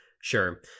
Sure